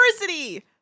university